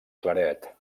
claret